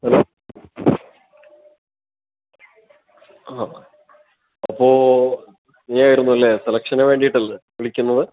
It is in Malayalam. ഹലോ ആ അപ്പോൾ ഇങ്ങനെയായിരുന്നു അല്ലേ സെലക്ഷനു വേണ്ടീട്ടല്ലേ വിളിക്കുന്നത്